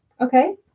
Okay